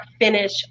finish